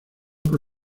por